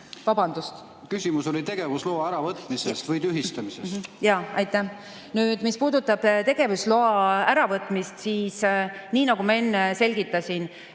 Vabandust! Küsimus oli tegevusloa äravõtmise või tühistamise kohta. Aitäh! Mis puudutab tegevusloa äravõtmist, siis nii nagu ma enne selgitasin,